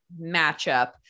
matchup